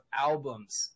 albums